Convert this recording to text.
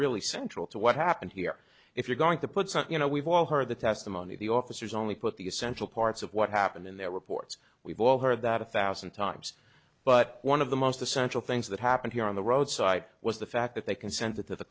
really central to what happened here if you're going to put something in a we've all heard the testimony of the officers only put the essential parts of what happened in their reports we've all heard that a thousand times but one of the most essential things that happened here on the road side was the fact that they consented to the